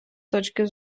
точки